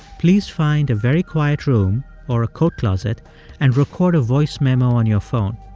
please find a very quiet room or a coat closet and record a voice memo on your phone.